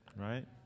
Right